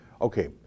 Okay